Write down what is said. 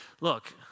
Look